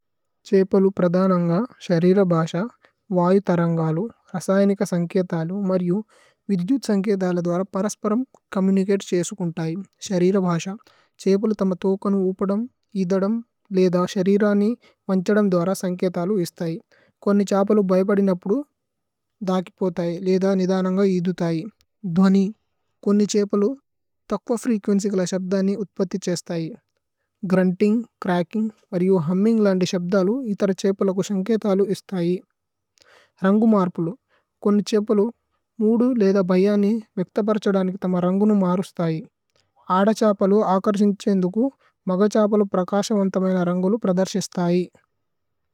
ഛ്ഹേപലു പ്രദനന്ഗ ശരിരഭസ വയുതരന്ഗലു। രസയനിക സന്കേതലു മരിയു വിദ്യുത് സന്കേതല। ദുവര പരസ്പരമ് ചോമ്മുനിചതേ ഛേസുകുന്തൈ। ശരിരഭസ ഛേപലു തമ്മ തോകനു ഉപദമ് ഇദദമ്। ലേധ ശരിരനി മന്ഛദമ് ദുവര സന്കേതലു। ഇസ്തൈ കോന്നി ഛപലു ബൈപദിനപ്പുദു ദകി പോതൈ। ലേധ നിദനന്ഗ ഇദുഥൈ ദ്വനി കോന്നി ഛേപലു। തക്വ ഫ്രേകുഏന്ച്യ് കല ശബ്ദനി ഉത്പതി ഛേസ്തൈ। ഗ്രുന്തിന്ഗ് ച്രച്കിന്ഗ് ഹുമ്മിന്ഗ് ലന്ദി ശബ്ദലു ഇധര്। ഛേപലുക്കു സന്കേതലു ഇസ്തൈ രന്ഗുമര്പുലു കോന്നി। ഛേപലു മൂദു ലേധ ബയാനി വേക്ത പരഛദനി। തമ്മ രന്ഗുനു മരുസ്തൈ അദഛപലു ആകര്സിന്ഛേന്ദുകു। മഗഛപലു പ്രകാശവന്തമേന രന്ഗുലു പ്രദര്ശിസ്തൈ।